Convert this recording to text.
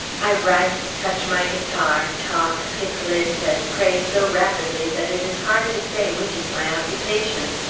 i write, touch my guitar, talk, pick lint, and pray so rapidly that it is hard to say which is my occupation.